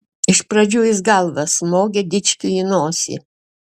iš pradžių jis galva smogė dičkiui į nosį